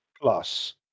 plus